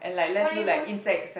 what are you most